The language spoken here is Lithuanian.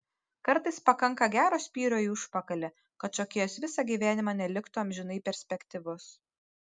kartais pakanka gero spyrio į užpakalį kad šokėjas visą gyvenimą neliktų amžinai perspektyvus